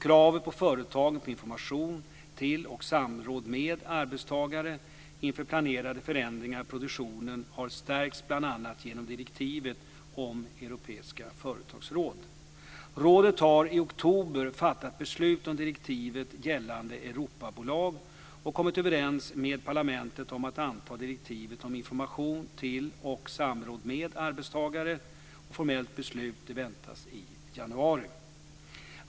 Kravet på företagen på information till och samråd med arbetstagare inför planerade förändringar av produktionen har stärkts bl.a. genom direktivet om europeiska företagsråd. Rådet har i oktober fattat beslut om direktivet gällande Europabolag och kommit överens med parlamentet om att anta direktivet om information till och samråd med arbetstagare. Formellt beslut väntas i januari.